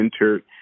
entered